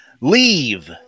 Leave